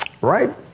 right